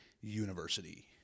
University